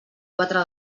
quatre